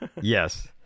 Yes